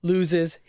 loses